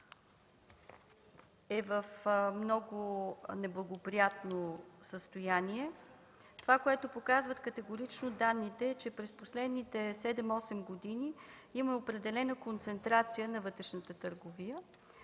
е в много неблагоприятно състояние. Това, което показват категорично данните, е, че през последните 7-8 години има определена концентрация на вътрешната търговия